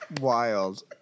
wild